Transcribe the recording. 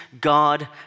God